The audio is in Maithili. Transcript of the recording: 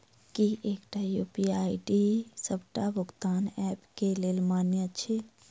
की एकटा यु.पी.आई आई.डी डी सबटा भुगतान ऐप केँ लेल मान्य अछि?